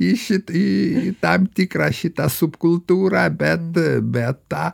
į šitą į tam tikrą šitą subkultūrą bet bet tą